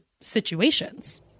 situations